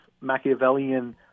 Machiavellian